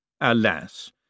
Alas